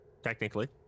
Technically